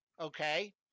okay